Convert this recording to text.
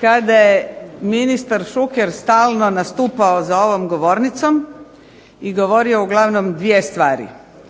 kada je ministar Šuker stalno nastupao za ovom govornicom i govorio uglavnom dvije stvari.